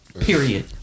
Period